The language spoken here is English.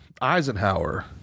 Eisenhower